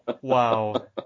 wow